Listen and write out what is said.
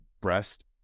breast